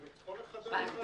אני יכול לחבר את השאלה?